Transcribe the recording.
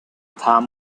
time